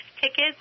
tickets